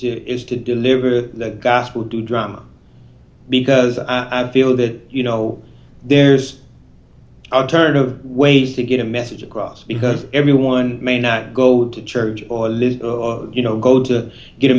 to is to deliver the gospel do drama because i feel that you know there's the turn of ways to get a message across because everyone may not go to church or lit or you know go to get a